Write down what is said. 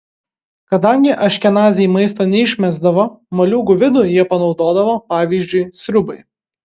kadangi aškenaziai maisto neišmesdavo moliūgų vidų jie panaudodavo pavyzdžiui sriubai